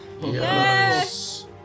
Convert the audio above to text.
Yes